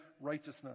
righteousness